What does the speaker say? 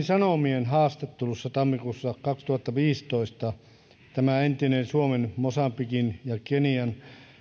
sanomien haastattelussa tammikuussa kaksituhattaviisitoista tämä entinen suomen mosambikin ja kenian